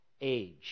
age